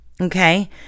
okay